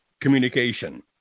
communication